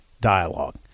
dialogue